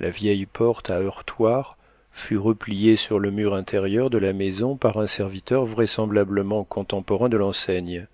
la vieille porte à heurtoir fut repliée sur le mur intérieur de la maison par un serviteur vraisemblablement contemporain de l'enseigne